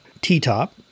T-top